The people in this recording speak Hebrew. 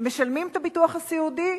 משלמים את הביטוח הסיעודי,